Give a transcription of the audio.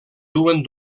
duen